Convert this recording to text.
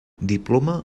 diploma